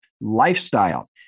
lifestyle